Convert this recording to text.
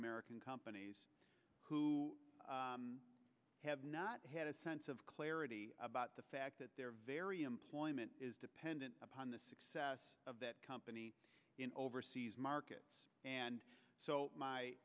american companies who have not had a sense of clarity about the fact that they're very employment is dependent upon the success of that company overseas market and so my